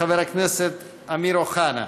חבר הכנסת אמיר אוחנה.